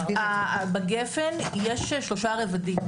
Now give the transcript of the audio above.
בגפ"ן, יש שלושה רבדים.